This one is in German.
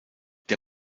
der